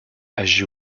agit